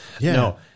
No